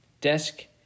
desk